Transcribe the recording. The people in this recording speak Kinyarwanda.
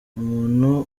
umuntu